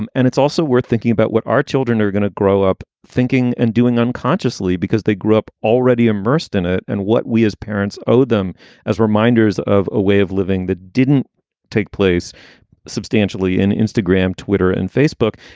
and and it's also worth thinking about what our children are gonna grow up thinking and doing unconsciously because they grew up already immersed in it. and what we as parents owe them as reminders of a way of living that didn't take place substantially in instagram, twitter and facebook.